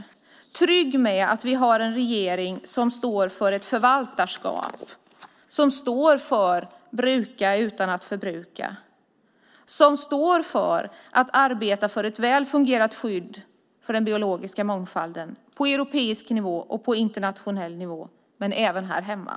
Jag är trygg med att vi har en regering som står för ett förvaltarskap och att bruka utan att förbruka. Det är en regering som står för att arbeta för ett väl fungerande skydd för den biologiska mångfalden på europeisk och internationell nivå men även här hemma.